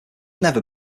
never